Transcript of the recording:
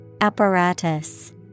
Apparatus